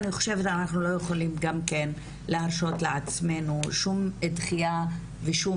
אנחנו לא יכולים להרשות לעצמנו שום דחייה ושום